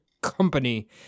company